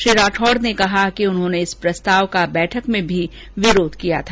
श्री राठौड़ ने कहा कि उन्होंने इस प्रस्ताव का बैठक में भी विरोध किया था